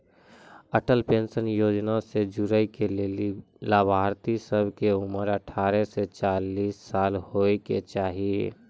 Atal pension Yojana से जुड़ै के लेली लाभार्थी सभ के उमर अठारह से चालीस साल होय के चाहि